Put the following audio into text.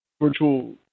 virtual